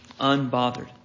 unbothered